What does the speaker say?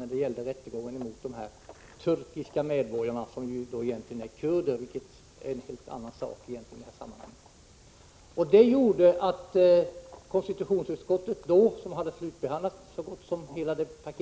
när det gällde rättegången mot de turkiska medborgarna som egentligen är kurder, vilket är någonting helt annat. Det gjorde att konstitutionsutskottet, som då hade slutbehandlat så gott som hela paketet, Prot.